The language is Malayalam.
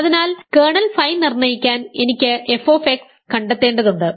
അതിനാൽ കേർണൽ ഫൈ നിർണ്ണയിക്കാൻ എനിക്ക് f കണ്ടെത്തേണ്ടതുണ്ട്